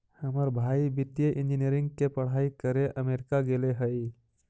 हमर भाई वित्तीय इंजीनियरिंग के पढ़ाई करे अमेरिका गेले हइ